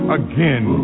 again